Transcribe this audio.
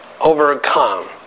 overcome